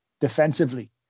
defensively